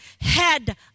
head